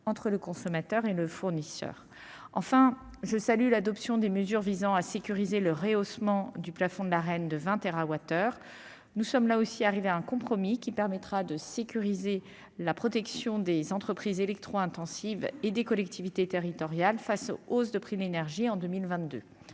entre le consommateur et le fournisseur. Je salue l'adoption des mesures visant à sécuriser le rehaussement du plafond de l'Arenh de 20 térawattheures. Là encore, un compromis sécurise la protection des entreprises électro-intensives et des collectivités territoriales face aux hausses des prix de l'énergie